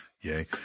Yay